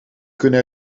kunnen